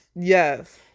Yes